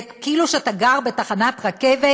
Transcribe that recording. זה כאילו שאתה גר בתחנת רכבת,